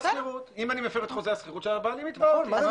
אם אני מפר את חוזה השכירות, שהבעלים יתבע אותי.